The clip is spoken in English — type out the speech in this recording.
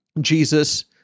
Jesus